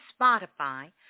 Spotify